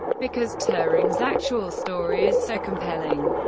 because turing's actual story is so compelling.